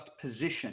position